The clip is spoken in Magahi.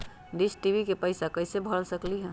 डिस टी.वी के पैईसा कईसे भर सकली?